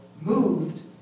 moved